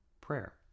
prayer